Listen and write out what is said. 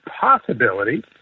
possibility